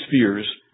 fears